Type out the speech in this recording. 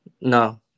no